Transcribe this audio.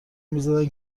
میزدن